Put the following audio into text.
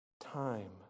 time